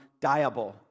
dieable